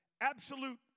absolute